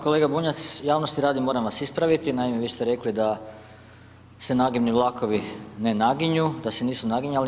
Kolega Bunjac, javnosti radi moram vas ispraviti, naime vi ste rekli da se nagibni vlakovi ne naginju, da se nisu naginjali.